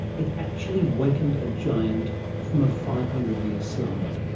it actually wakened a giant from a five hundred year slumber.